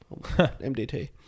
MDT